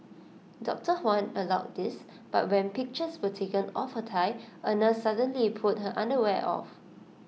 doctor Huang allowed this but when pictures were taken of her thigh A nurse suddenly pulled her underwear off